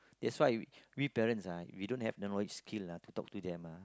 that's why we parents ah we don't have the knowledge skill ah to talk to them ah